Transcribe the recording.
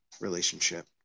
relationship